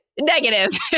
negative